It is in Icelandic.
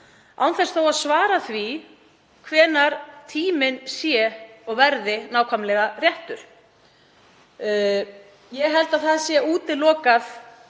án þess þó að svara því hvenær tíminn verði nákvæmlega réttur. Ég held að það sé útilokað